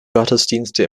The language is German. gottesdienste